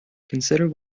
consider